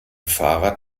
fahrrad